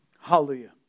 Hallelujah